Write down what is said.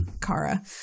Kara